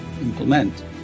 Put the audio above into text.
implement